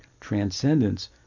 transcendence